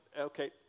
Okay